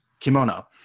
kimono